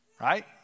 Right